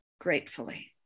gratefully